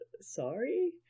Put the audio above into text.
sorry